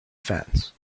fence